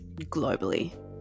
globally